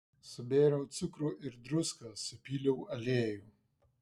subėriau cukrų ir druską supyliau aliejų